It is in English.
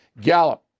Gallup